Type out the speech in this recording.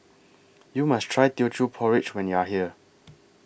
YOU must Try Teochew Porridge when YOU Are here